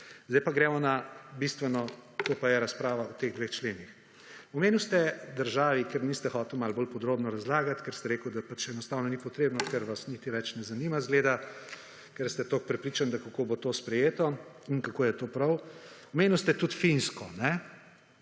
Zdaj pa gremo na bistveno, to pa je razprava o teh dveh členih. Omenili ste državi, ker niste hoteli bolj podrobno razlagati, ker ste rekli, da enostavno ni potrebno, ker vas niti več ne zanima, zgleda, ker ste tako prepričani, da kako bo to sprejeto in kako je to prav. Omenili ste tudi Finsko, kot